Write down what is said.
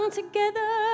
together